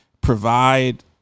provide